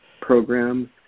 program